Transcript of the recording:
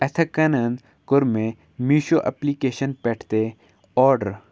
یِتھَے کٔنٮ۪ن کوٚر مےٚ میٖشو اٮ۪پلِکیشَن پٮ۪ٹھ تہِ آرڈر